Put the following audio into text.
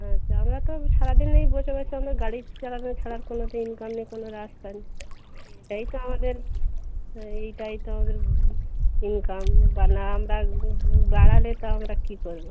আচ্ছা আমরা তো সারা দিন এই বসে বসে অনেক গাড়ি চালানো ছাড়া আর কোনো তো ইনকামের কোনো রাস্তা নেই এটাই তো আমাদের হ্যাঁ এটাই তো আমাদের এই কারণে বা না আমরা বাড়ালে তো আমরা কী করবো